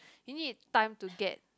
you need time to get